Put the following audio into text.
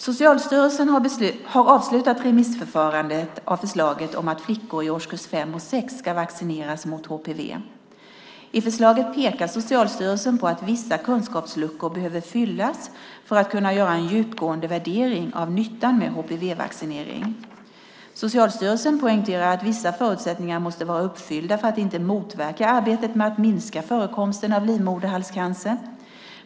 Socialstyrelsen har avslutat remissförfarandet av förslaget om att flickor i årskurs 5 och 6 ska vaccineras mot HPV. I förslaget pekar Socialstyrelsen på att vissa kunskapsluckor behöver fyllas för att man ska kunna göra en djupgående värdering av nyttan med HPV-vaccinering. Socialstyrelsen poängterar att vissa förutsättningar måste vara uppfyllda för att inte motverka arbetet med att minska förekomsten av livmoderhalscancer.